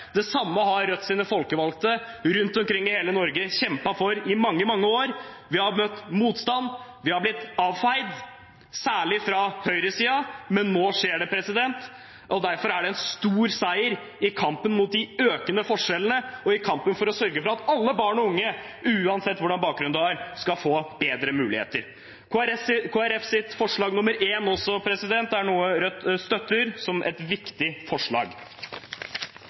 Det samme har Rødts folkevalgte rundt omkring i hele Norge kjempet for i mange, mange år. Vi har møtt motstand, vi er blitt avfeid – særlig av høyresiden – men nå skjer det. Derfor er det en stor seier i kampen mot de økende forskjellene og i kampen for å sørge for at alle barn og unge, uansett hva slags bakgrunn de har, skal få bedre muligheter. Kristelig Folkepartis forslag nr. 1 er også noe Rødt støtter som et viktig forslag.